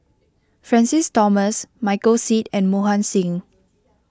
Francis Thomas Michael Seet and Mohan Singh